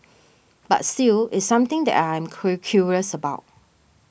but still it's something that I am curious about